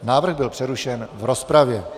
Návrh byl přerušen v rozpravě.